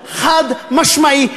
חד-משמעי.